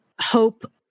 hope